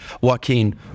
joaquin